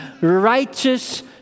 righteous